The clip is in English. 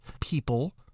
people